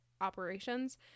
operations